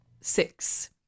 Six